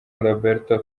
roberto